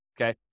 Okay